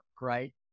right